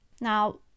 Now